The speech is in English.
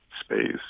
space